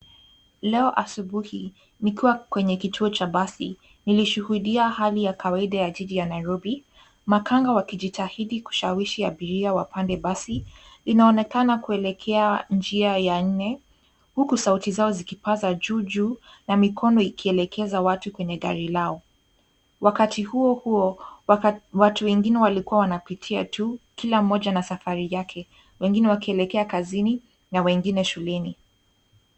Leo asubuhi nikiwa kwenye kituo cha basi, nilishuhudia hali ya kawaida ya jiji la Nairobi. Makanga wakishawishi abiria wapande basi. Inaonekana kuelekea njia ya nne huku sauti yao ikipaza juu juu na mikono ikielekeza watu kwenye gari lao. Wakati huohuo, watu wengine waikuwa wanapitia tu, kila mmoja na safari yake wengine wakielekea kazini na wengine shuleni.